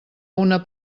una